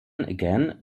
again